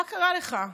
מה קרה לך?